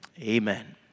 amen